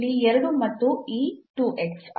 ಇಲ್ಲಿ 2 ಮತ್ತು ಈ 2 x